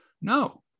no